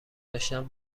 داشتن